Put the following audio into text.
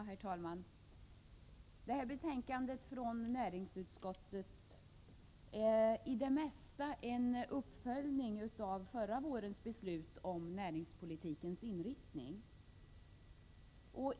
Herr talman! Det här betänkandet från näringsutskottet är i det mesta en uppföljning av förra vårens beslut om näringspolitikens inriktning.